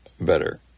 better